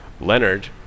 Leonard